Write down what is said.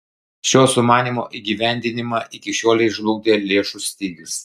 šio sumanymo įgyvendinimą iki šiolei žlugdė lėšų stygius